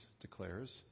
declares